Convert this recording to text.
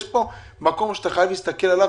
יש פה מקום שאתה חייב להסתכל עליו